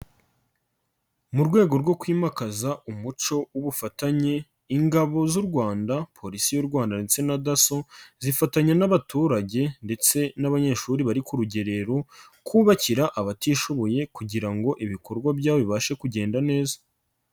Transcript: Mu rwego rwo kwimakaza umuco w'ubufatanye, ingabo z'u Rwanda, Polisi y'u Rwanda ndetse na dasso, zifatanya n'abaturage ndetse n'abanyeshuri bari ku rugerero, kubakira abatishoboye kugira ngo ibikorwa byabo bibashe kugenda neza.